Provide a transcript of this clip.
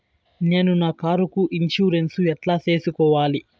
నేను నా కారుకు ఇన్సూరెన్సు ఎట్లా సేసుకోవాలి